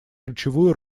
ключевую